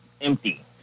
empty